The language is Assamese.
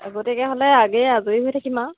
আগতীয়াকে হ'লে আগে আজৰি হৈ থাকিম আৰু